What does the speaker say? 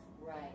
Right